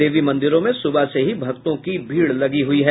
देवी मंदिरों में सुबह से ही भक्तों की भीड़ लगी हुयी है